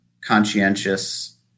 conscientious